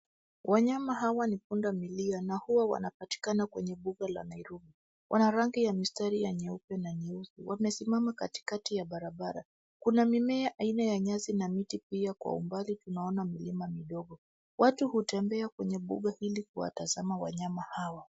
Wanyama hawa ni punda milia na huwa wanapatikana kwenye mbuga la Nairobi. Wana rangi ya mistari ya nyeupe na nyeusi. Wamesimama katikati ya barabara. Kuna mimea aina ya nyasi na miti pia kwa umbali tunaona milima midogo. Watu hutembea kwenye mbuga ili kuwatazama wanyama hawa.